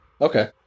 Okay